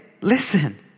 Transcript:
Listen